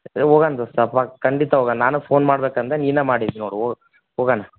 ಏ ಹೋಗನ್ ದೋಸ್ತ ಪಕ್ಕ ಖಂಡಿತ ಹೋಗೋಣು ನಾನು ಫೋನ್ ಮಾಡ್ಬೇಕು ಅಂದೆ ನೀನು ಮಾಡಿದ್ದು ನೋಡು ಓ ಹೋಗೋಣ